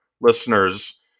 listeners